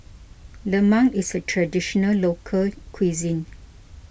Lemang is a Traditional Local Cuisine